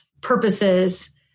purposes